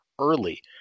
early